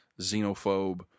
xenophobe